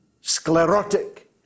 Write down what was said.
sclerotic